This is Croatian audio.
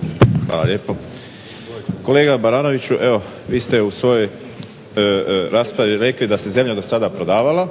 Josip (HDZ)** Hvala lijepo. Kolega Baranoviću, evo vi ste u svojoj raspravi rekli da se zemlja do sada prodavala,